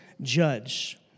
judge